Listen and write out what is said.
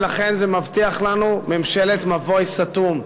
ולכן זה מבטיח לנו ממשלת מבוי סתום.